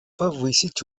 повысить